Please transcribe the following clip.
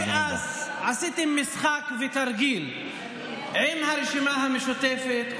כמו שאז עשיתם משחק ותרגיל עם הרשימה המשותפת,